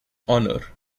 honor